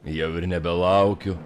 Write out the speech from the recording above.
jau ir nebelaukiu